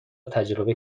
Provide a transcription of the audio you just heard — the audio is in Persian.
تجربه